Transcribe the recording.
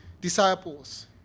disciples